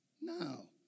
No